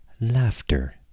laughter